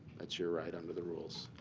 that's your right under the rules.